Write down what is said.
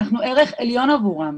אנחנו ערך עליון עבורם,